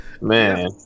man